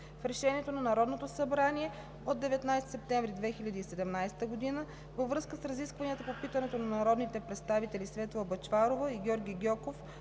на Решение на Народното събрание от 19 септември 2017 г. във връзка с разискванията по питането на народните представители Светла Бъчварова и Георги Гьоков